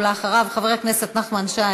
ואחריו, חבר הכנסת נחמן שי.